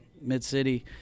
mid-city